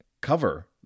cover